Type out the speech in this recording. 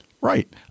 Right